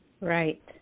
Right